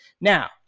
Now